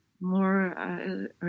more